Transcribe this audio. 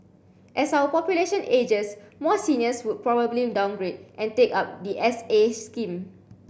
as our population ages more seniors would probably downgrade and take up the S A scheme